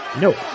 no